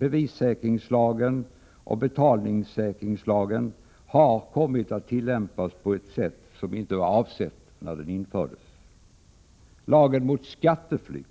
Bevissäkringslagen och betalningssäkringslagen har kommit att tillämpas på ett vis som inte var avsett när de infördes. Lagen mot skatteflykt